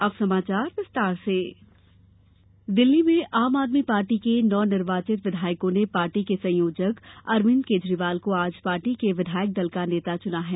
अब समाचार विस्तार से केजरीवाल दिल्ली में आम आदमी पार्टी के नवनिर्वाचित विधायकों ने पार्टी के संयोजक अरविंद केजरीवाल को आज पार्टी के विधायक दल का नेता चुना है